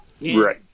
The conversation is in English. Right